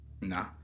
Nah